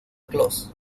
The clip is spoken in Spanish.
claus